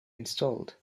installed